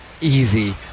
easy